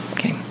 Okay